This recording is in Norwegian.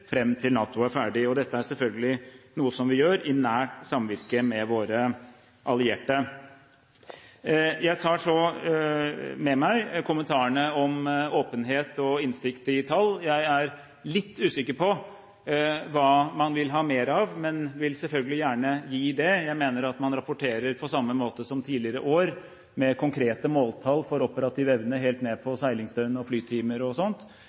til NATO er ferdig. Dette er selvfølgelig noe vi gjør i nært samvirke med våre allierte. Jeg tar så med meg kommentarene om åpenhet og innsikt i tall. Jeg er litt usikker på hva man vil ha mer av, men jeg vil selvfølgelig gjerne gi det. Jeg mener at man rapporterer på samme måte som tidligere år med konkrete måltall for operativ evne helt ned til seilingsdøgn, flytimer osv., og